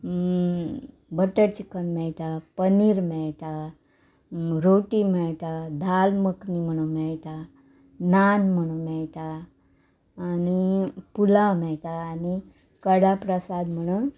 butter chicken मेळटा पनीर मेळटा रोटी मेळटा धाल मखनी म्हणून मेळटा नान म्हणून मेळटा आनी पुलांव मेळटा आनी कडा प्रसाद म्हणून